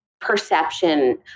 perception